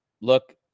look